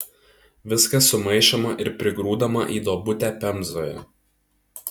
viskas sumaišoma ir prigrūdama į duobutę pemzoje